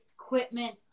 Equipment